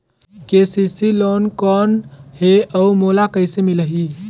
KCC loan कौन हे अउ मोला कइसे मिलही?